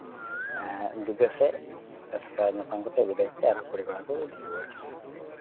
ᱵᱤᱫᱟᱹ ᱥᱮᱡ ᱥᱟᱡᱟᱣᱼᱥᱟᱯᱲᱟ ᱠᱟᱛᱮ ᱧᱟᱯᱟᱢ ᱠᱟᱛᱮ ᱵᱤᱫᱟᱹ ᱠᱟᱛᱮ ᱟᱨᱦᱚᱸ ᱠᱩᱲᱤ ᱠᱚᱲᱟ ᱠᱚ ᱤᱫᱤ ᱨᱩᱣᱟᱹᱲ ᱠᱤᱱᱟᱹ